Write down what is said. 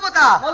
ah da